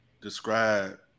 describe